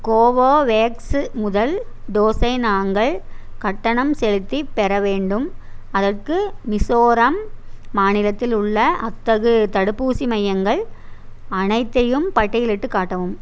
Covovax முதல் டோஸை நாங்கள் கட்டணம் செலுத்திப் பெற வேண்டும் அதற்கு மிசோரம் மாநிலத்தில் உள்ள அத்தகு தடுப்பூசி மையங்கள் அனைத்தையும் பட்டியலிட்டுக் காட்டவும்